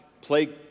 play